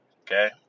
Okay